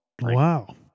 Wow